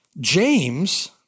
James